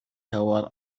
tower